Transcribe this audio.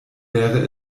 wäre